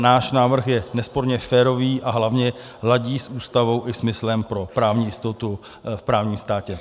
Náš návrh je nesporně férový a hlavně ladí s Ústavou i smyslem pro právní jistotu v právním státě.